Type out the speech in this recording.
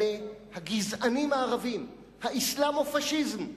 אלה הגזענים הערבים, האסלאמו-פאשיזם.